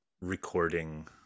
recording